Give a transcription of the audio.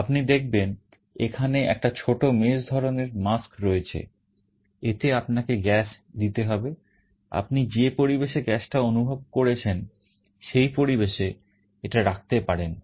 আপনি দেখবেন এখানে একটা ছোট mesh ধরনের mask রয়েছে এতে আপনাকে গ্যাস দিতে হবে আপনি যে পরিবেশে গ্যাসটা অনুভব করছেন সেই পরিবেশে এটা রাখতে পারেন